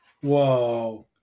Whoa